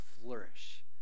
flourish